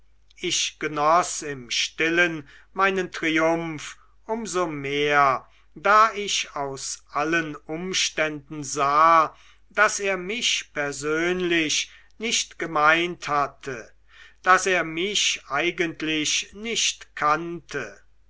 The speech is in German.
ich genoß im stillen meinen triumph um so mehr da ich aus allen umständen sah daß er mich persönlich nicht gemeint hatte daß er mich eigentlich nicht kannte